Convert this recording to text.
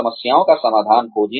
समस्याओं का समाधान खोजें